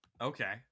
Okay